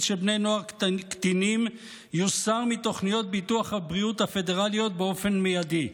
של בני נוער קטינים יוסר מתוכניות ביטוח הבריאות הפדרליות באופן מיידי.